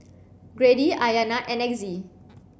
Grady Ayana and Exie